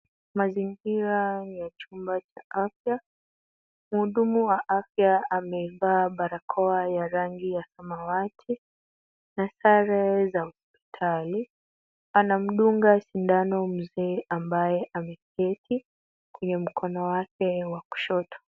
Mazingira ya chumba cha afya. Mhudumu wa afya amevaa barakoa ya rangi ya samawati, na sare za hospitali. Anamdunga sindano mzee ambaye ameketi kwenye mkono wake wa kushoto.